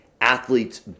athletes